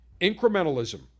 Incrementalism